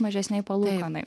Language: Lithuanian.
mažesnei palūkanai